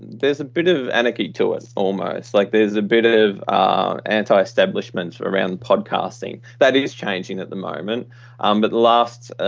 there's a bit of anarchy to it, almost. like there's a bit of anti-establishments around podcasting. that is changing at the moment um but the last